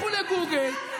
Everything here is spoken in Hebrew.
לכו לגוגל,